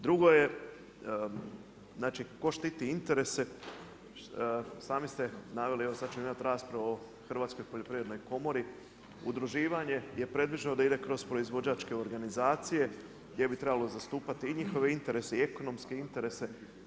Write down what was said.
Drugo je, znači tko štiti interese, sami ste naveli, evo sad ćemo imati raspravu o Hrvatskoj poljoprivrednoj komori, udruživanje je predviđeno da ide kroz proizvođačke organizacije, gdje bi trebalo zastupati i njihove interese i ekonomske interese.